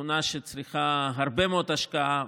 שכונה שצריכה הרבה מאוד השקעה,